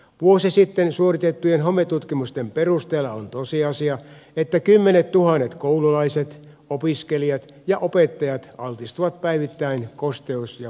vuosi sitten suoritettujen hometutkimusten perusteella on tosiasia että kymmenettuhannet koululaiset opiskelijat ja opettajat altistuvat päivittäin kosteus ja homevaurioille